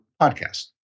podcast